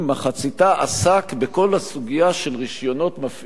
מחציתה עסק בכל הסוגיה של רשיונות מפעיל